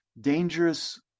dangerous